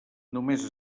només